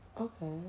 okay